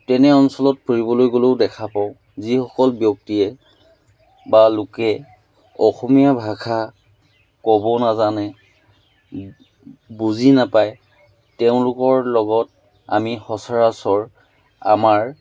তেনে অঞ্চলত ফুৰিবলৈ গ'লেও দেখা পাওঁ যিসকল ব্যক্তিয়ে বা লোকে অসমীয়া ভাষা ক'ব নাজানে বুজি নাপায় তেওঁলোকৰ লগত আমি সচৰাচৰ আমাৰ